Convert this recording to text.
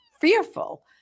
fearful